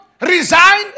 resign